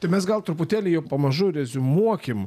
tai mes gal truputėlį jau pamažu reziumuokim